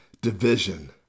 Division